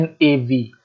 NAV